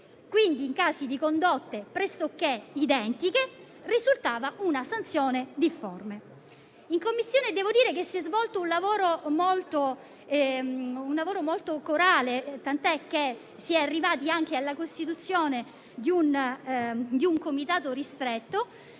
quindi in casi di condotte pressoché identiche risultava una sanzione difforme. Devo dire che in Commissione si è svolto un lavoro corale, tant'è che si è arrivati anche alla costituzione di un comitato ristretto,